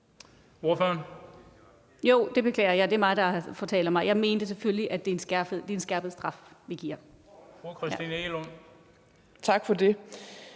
(ALT): Jo, det beklager jeg. Det er mig, der fortaler mig. Jeg mente selvfølgelig, at det er en skærpet straf, vi giver. Kl. 13:14 Den